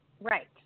right